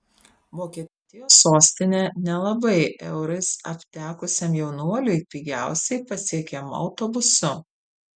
vokietijos sostinė nelabai eurais aptekusiam jaunuoliui pigiausiai pasiekiama autobusu